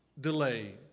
delay